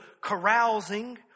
carousing